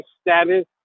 status